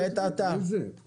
לעת עתה.